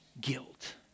guilt